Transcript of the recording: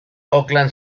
oakland